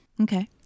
okay